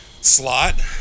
slot